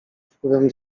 wpływem